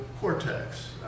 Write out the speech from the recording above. cortex